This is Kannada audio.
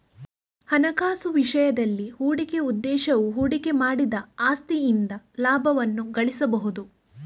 ಹಣಕಾಸು ವಿಷಯದಲ್ಲಿ, ಹೂಡಿಕೆಯ ಉದ್ದೇಶವು ಹೂಡಿಕೆ ಮಾಡಿದ ಆಸ್ತಿಯಿಂದ ಲಾಭವನ್ನು ಗಳಿಸುವುದು